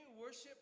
worship